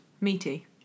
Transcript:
Meaty